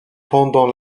pendant